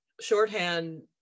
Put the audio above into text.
shorthand